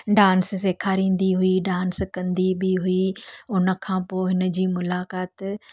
dance सेखारींदी हुई dance कंदी बि हुई उनखां पोइ हिनजी मुलाक़ात